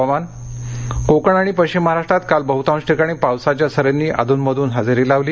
हवामान कोकण आणि पश्चिम महाराष्ट्रात काल बह्तांश ठिकाणी पावसाच्या सरींनी अधून मधून हजेरी लावली